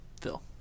Phil